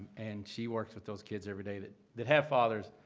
and she works with those kids every day, that that have fathers,